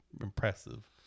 impressive